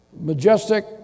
Majestic